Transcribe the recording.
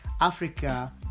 africa